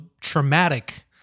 traumatic